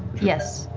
yes.